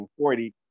140